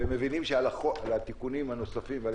הם מבינים שעל התיקונים הנוספים ועל